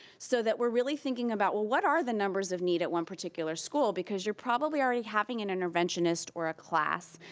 so that we're really thinking about what what are the numbers of need at one particular school because you're probably already having a and interventionist or a class,